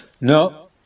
No